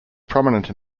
prominent